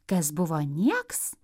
kas buvo nieks